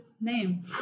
name